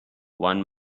one